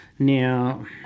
Now